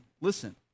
listen